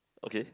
okay